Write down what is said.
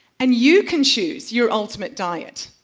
and you can choose your ultimate diet.